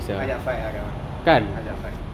ajak fight ah that [one] ajak fight